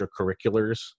extracurriculars